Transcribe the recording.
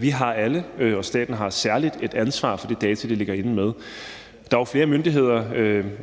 Vi har alle, og særlig staten, et ansvar for de data, man ligger inde med. Der er jo flere myndigheder